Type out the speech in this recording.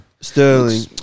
Sterling